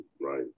right